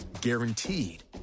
guaranteed